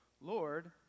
Lord